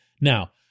Now